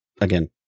again